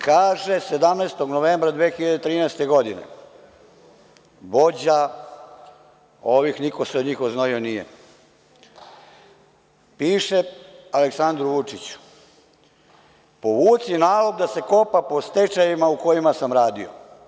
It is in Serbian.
Kaže, 17. novembra 2013. godine vođa ovih, niko se od njih oznojio nije, piše Aleksandru Vučiću – povuci nalog da se kopa po stečajevima u kojima sam radio.